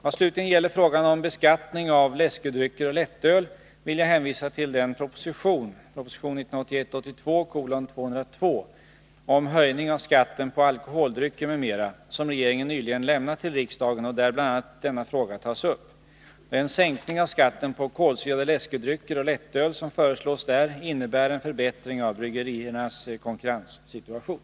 Vad slutligen gäller frågan om beskattning av läskedrycker och lättöl vill jag hänvisa till den proposition om höjning av skatten på alkoholdrycker m.m. som regeringen nyligen lämnat till riksdagen och där bl.a. denna fråga tas upp. Den sänkning av skatten på kolsyrade läskedrycker och lättöl som föreslås där innebär en förbättring av bryggeriernas konkurrenssituation.